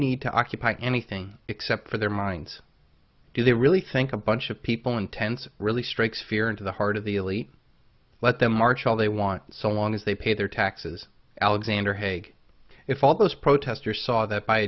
need to occupy anything except for their minds do they really think a bunch of people in tents really strikes fear into the heart of the elite let them march all they want so long as they pay their taxes alexander haig if all those protestors saw that by